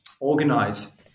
organize